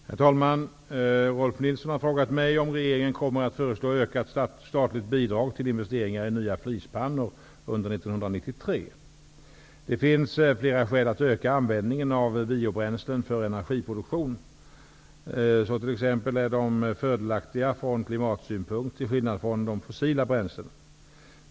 Herr talman! Rolf L Nilson har frågat mig om regeringen kommer att föreslå ökat statligt bidrag till investeringar i nya flispannor under 1993. Det finns flera skäl att öka användningen av biobränslen för energiproduktion. Så t.ex. är de fördelaktiga från klimatsynpunkt till skillnad från de fossila bränslena.